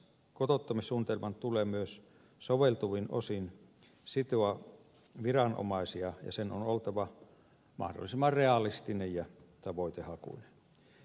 kotouttamissuunnitelman tulee myös soveltuvin osin sitoa viranomaisia ja sen on oltava mahdollisimman realistinen ja tavoitehakuinen